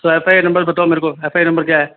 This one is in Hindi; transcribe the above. हाँ तो एफ आई आर नम्बर बताओ मुझे एफ आई आर नम्बर क्या है